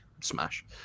smash